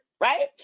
right